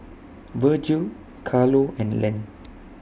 Virgil Carlo and Len